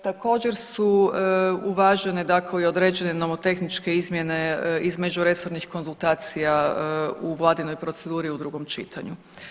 Također su uvažene i određene nomotehničke izmjene između resornih konzultacija u vladinoj proceduri u drugom čitanju.